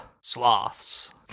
Sloths